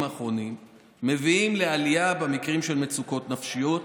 האחרונים מביאים לעלייה במקרים של מצוקות נפשיות,